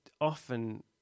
often